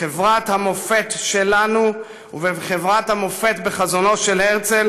בחברת המופת שלנו ובחברת המופת בחזונו של הרצל